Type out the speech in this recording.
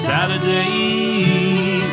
Saturdays